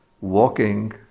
walking